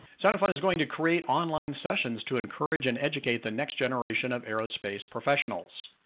sun n fun is going to create online sessions to encourage and educate the next generation of aerospace professionals.